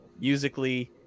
musically